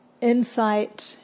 Insight